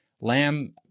Lamb